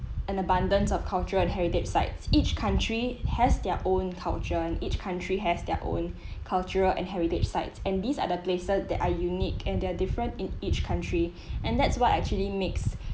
an abundance of cultural and heritage sites each country has their own culture and each country has their own cultural and heritage sites and these are the places that are unique and they're different in each country and that's what actually makes